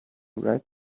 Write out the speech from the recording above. right